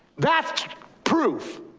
that's proof.